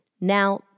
Now